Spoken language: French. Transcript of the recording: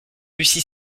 lucie